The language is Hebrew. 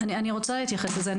אני רוצה להתייחס לזה.